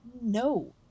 No